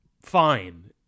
fine